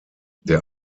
der